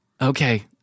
Okay